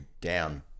down